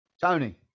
Tony